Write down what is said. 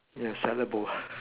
ya salad bowl